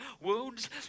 wounds